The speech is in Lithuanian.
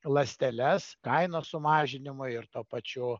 ląsteles kainos sumažinimui ir tuo pačiu